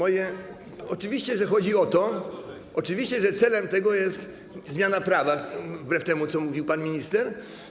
Oczywiście, że chodzi o to, oczywiście, że celem tego jest zmiana prawa, wbrew temu, co mówił pan minister.